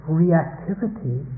reactivity